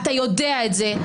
אתה יודע את זה.